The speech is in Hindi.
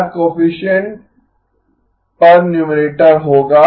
क्या कोएफिसिएन्ट पर न्यूमरेटर होगा